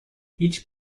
هیچ